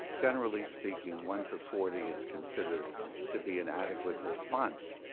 generally speaking one to forty is considered to be an adequate response.